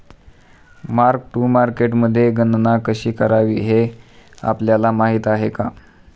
Mark to मार्केटमध्ये गणना कशी करावी हे आपल्याला माहित आहे का?